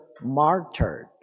martyred